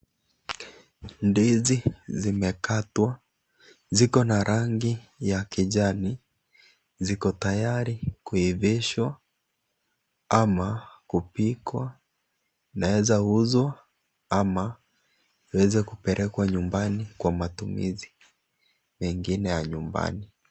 Ndizi zimekatwa. Zikona rangi ya kijani. Ziko tayari kuivishwa ama kupikwa. Inaweza uzwa ama iweze kupelekwa nyumbani kwa matumizi mengine ya nyumbani.